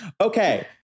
okay